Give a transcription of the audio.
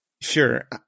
Sure